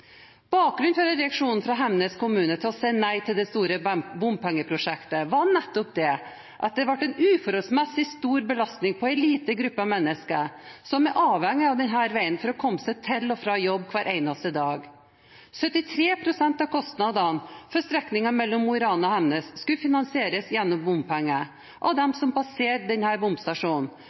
Bakgrunnen for reaksjonen fra Hemnes kommune, å si nei til det store bompengeprosjektet, var nettopp det at det ble en uforholdsmessig stor belastning på en liten gruppe mennesker som er avhengige av denne veien for å komme seg til og fra jobb hver eneste dag. 73 pst. av kostnadene for strekningen mellom Mo i Rana og Hemnes skulle finansieres gjennom bompenger fra dem som passerer denne bomstasjonen,